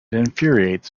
infuriates